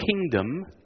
kingdom